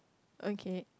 okay